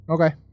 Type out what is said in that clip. Okay